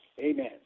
Amen